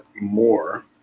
more